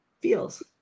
feels